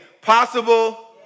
Possible